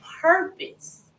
purpose